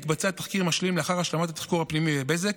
יתבצע תחקיר משלים לאחר השלמת התחקור הפנימי בבזק,